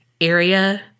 area